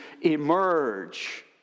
emerge